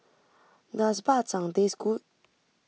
does Bak Chang taste good